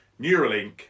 Neuralink